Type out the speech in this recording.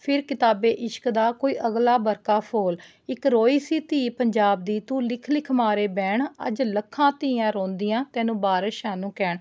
ਫਿਰ ਕਿਤਾਬੇ ਇਸ਼ਕ ਦਾ ਕੋਈ ਅਗਲਾ ਵਰਕਾ ਫੋਲ ਇੱਕ ਰੋਈ ਸੀ ਧੀ ਪੰਜਾਬ ਦੀ ਤੂੰ ਲਿਖ ਲਿਖ ਮਾਰੇ ਵੈਣ ਅੱਜ ਲੱਖਾਂ ਧੀਆਂ ਰੋਂਦੀਆਂ ਤੈਨੂੰ ਵਾਰਿਸ ਸ਼ਾਹ ਨੂੰ ਕਹਿਣ